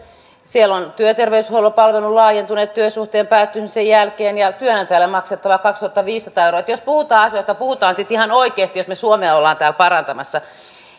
siellä on työterveyshuollon palvelun laajentaminen työsuhteen päättymisen jälkeen ja työnantajalle maksettavat kaksituhattaviisisataa euroa että jos puhutaan asioista puhutaan sitten ihan oikeasti jos me suomea olemme täällä parantamassa